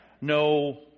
no